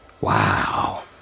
Wow